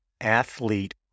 athlete